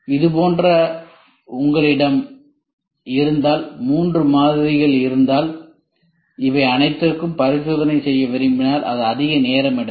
இதுபோன்ற உங்களிடம் இருந்தால் 3 மாறிகள் இருந்தால் இவை அனைத்திற்கும் பரிசோதனைகள் செய்ய விரும்பினால் அது அதிக நேரம் எடுக்கும்